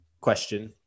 question